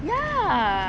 ya